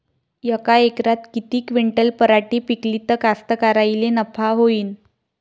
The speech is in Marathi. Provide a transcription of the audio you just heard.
यका एकरात किती क्विंटल पराटी पिकली त कास्तकाराइले नफा होईन?